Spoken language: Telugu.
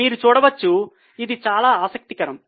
మీరు చూడవచ్చు ఇది చాలా ఆసక్తికరం